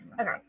Okay